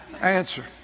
answer